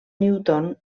newton